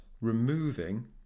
removing